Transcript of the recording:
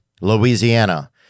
Louisiana